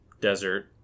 desert